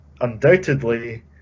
undoubtedly